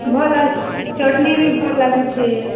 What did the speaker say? ଭଲ ଅଛି ଚଟଣୀ ବି ଭଲ ଲାଗୁଛି